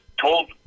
told